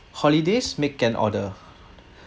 holidays make an order